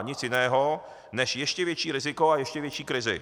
Nic jiného než ještě větší riziko a ještě větší krizi.